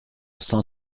cent